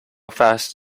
fast